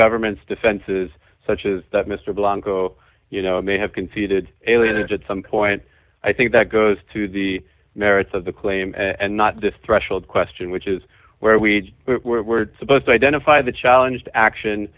government's defenses such as that mr blanco you know may have conceded at some point i think that goes to the merits of the claim and not this threshold question which is where we were supposed to identify the challenged action